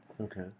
Okay